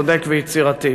צודק ויצירתי.